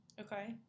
okay